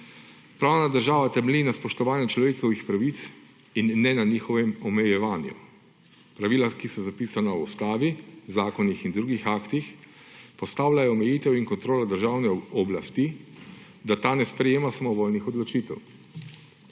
Pravna država temelji na spoštovanju človekovih pravic in ne na njihovem omejevanju. Pravila, ki so zapisana v ustavi, zakonih in drugih aktih, postavljajo omejitev in kontrolo državne oblasti, da ta ne sprejema samovoljnih odločitev.